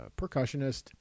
Percussionist